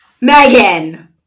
megan